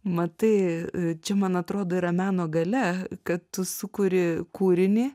matai čia man atrodo yra meno galia kad tu sukuri kūrinį